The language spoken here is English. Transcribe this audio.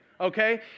Okay